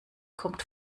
kommt